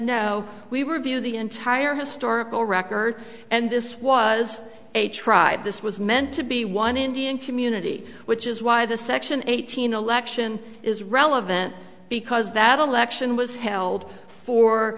no we were view the entire historical record and this was a tribe this was meant to be one indian community which is why the section eight thousand election is relevant because that election was held for